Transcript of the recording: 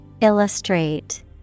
Illustrate